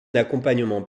accompagnement